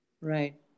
Right